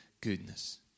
goodness